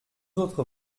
autres